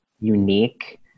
unique